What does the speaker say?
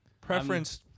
Preference